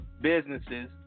businesses